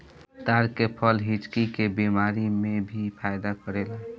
ताड़ के फल हिचकी के बेमारी में भी फायदा करेला